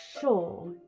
sure